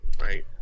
right